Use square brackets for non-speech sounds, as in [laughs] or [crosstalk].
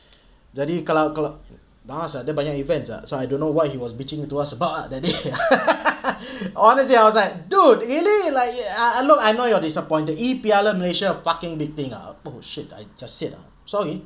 jadi kalau kalau a'ah sia dia banyak events ah so I don't know what he was bitching to us about lah jadi [laughs] honestly I was like dude ini it like it ah I look I know you're disappointed E piala malaysia of fucking meeting ah err bullshit I just said ah sorry